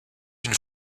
une